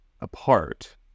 apart